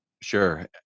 sure